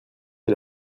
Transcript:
est